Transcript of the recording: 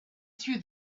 through